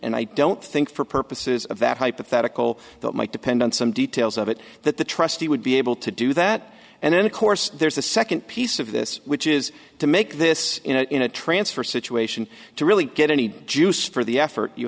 and i don't think for purposes of that hypothetical that might depend on some details of it that the trustee would be able to do that and then of course there's a second piece of this which is to make this in a transfer situation to really get any juice for the effort you